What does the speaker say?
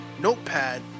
notepad